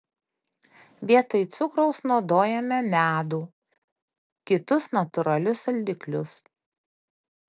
vietoj cukraus naudojame medų kitus natūralius saldiklius